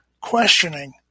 questioning